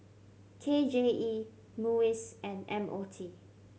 K J E MUIS and M O T